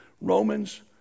Romans